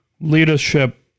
leadership